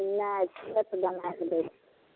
नहि तुरत बनाए कऽ दै छियै